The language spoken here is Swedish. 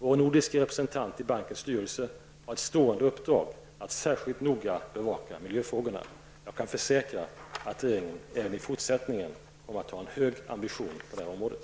Vår nordiske representant i bankens styrelse har ett stående uppdrag att särskilt noga bevaka miljöfrågorna. Jag kan försäkra att regeringen även i fortsättningen kommer att ha en hög ambition på det här området.